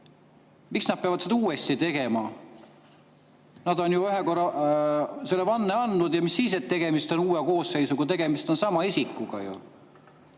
peavad nad seda uuesti tegema? Nad on ühe korra selle vande andnud, mis siis, et tegemist on uue koosseisuga, tegemist on ju sama isikuga.